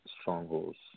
strongholds